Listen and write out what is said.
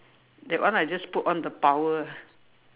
that one I just put on the power ah